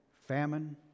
famine